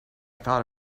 thought